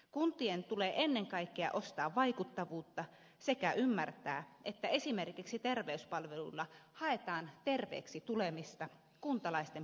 kuntien tulee ennen kaikkea ostaa vaikuttavuutta sekä ymmärtää että esimerkiksi terveyspalveluilla haetaan terveeksi tulemista kuntalaisten parempaa terveyttä